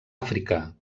àfrica